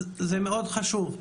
זה מאוד חשוב,